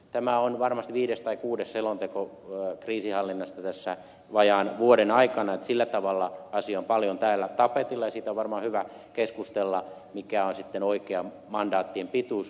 tämä on varmasti viides tai kuudes selonteko kriisinhallinnasta tässä vajaan vuoden aikana että sillä tavalla asia on paljon täällä tapetilla ja siitä on varmaan hyvä keskustella mikä on sitten oikea mandaattien pituus